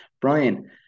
Brian